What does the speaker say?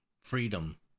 freedom